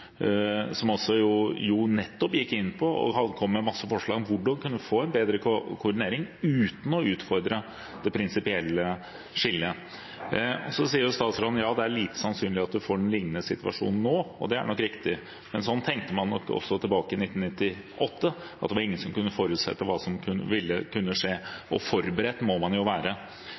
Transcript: bedre koordinering uten å utfordre det prinsipielle skillet. Så sier statsråden at det er lite sannsynlig at man får en lignende situasjon nå, og det er nok riktig. Sånn tenkte man nok tilbake i 1998, at det var ingen som kunne forutse hva som ville kunne skje, og forberedt må man jo være.